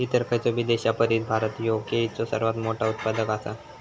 इतर खयचोबी देशापरिस भारत ह्यो केळीचो सर्वात मोठा उत्पादक आसा